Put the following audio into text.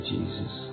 Jesus